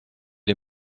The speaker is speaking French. les